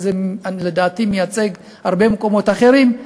לדעתי זה מייצג הרבה מקומות אחרים,